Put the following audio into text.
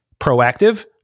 proactive